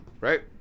Right